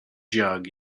jug